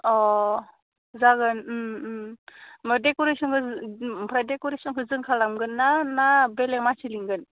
अह जागोन उम उम ओमफाय देख'रेसनखौ ओमफ्राय देख'रेसनखौ जों खालामगोन्ना ना बेलेक मानसि लिंगोन